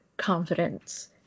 confidence